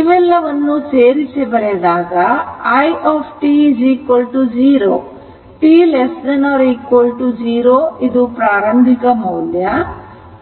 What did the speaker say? ಇದೆಲ್ಲವನ್ನು ಸೇರಿಸಿ ಬರೆದಾಗ i t 0 t0 ಇದು ಪ್ರಾರಂಭಿಕ ಮೌಲ್ಯ